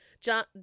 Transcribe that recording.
John